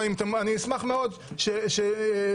ואני אשמח מאוד ששגית,